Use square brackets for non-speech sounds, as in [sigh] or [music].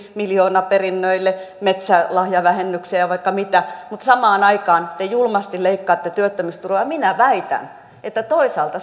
miljoonaperinnöille metsälahjavähennykseen ja vaikka mitä mutta samaan aikaan te julmasti leikkaatte työttömyysturvaa minä väitän että toisaalta [unintelligible]